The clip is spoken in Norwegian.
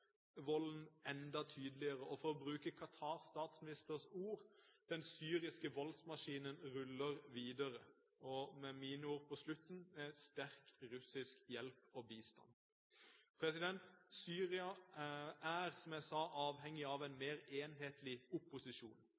volden enda tydeligere. For å bruke Qatars statsministers ord: Den syriske voldsmaskinen ruller videre. Og med mine ord på slutten: med sterk russisk hjelp og bistand. Syria er, som jeg sa, avhengig av en mer enhetlig opposisjon.